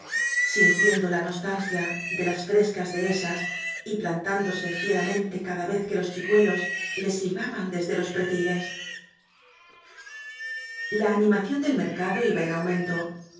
sintiendo la nostalgia de las frescas dehesas y plantándose fieramente cada vez que los chicuelos les silbaban desde los pretiles la animación del mercado iba en aumento